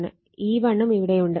E1 ഉം ഇവിടെയുണ്ട്